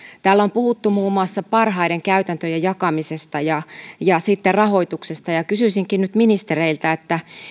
täällä on puhuttu muun muassa parhaiden käytäntöjen jakamisesta ja ja sitten rahoituksesta ja kysyisinkin nyt ministereiltä